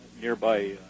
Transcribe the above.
Nearby